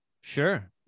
Sure